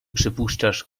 przypuszczasz